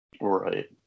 right